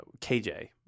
kj